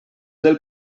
del